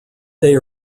they